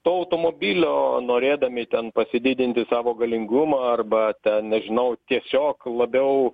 to automobilio norėdami ten pasididinti savo galingumą arba ten nežinau tiesiog labiau